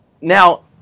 Now